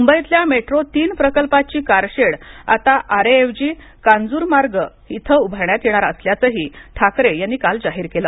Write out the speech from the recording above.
मुंबईतल्या मेट्रो तीन प्रकल्पाची कारशेड आता आरेऐवजी कांजूरमार्ग इथे उभारण्यात येणार असल्याचंही ठाकरे यांनी काल जाहीर केलं